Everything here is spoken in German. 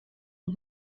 und